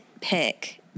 pick